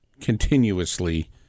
continuously